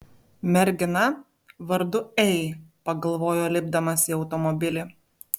mergina vardu ei pagalvojo lipdamas į automobilį